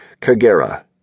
Kagera